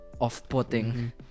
off-putting